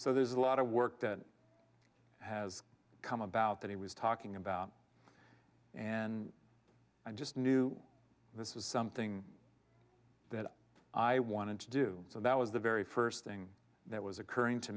so there's a lot of work that has come about that he was talking about and i just knew this was something that i wanted to do so that was the very first thing that was occurring to